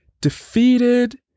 defeated